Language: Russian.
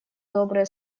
добрые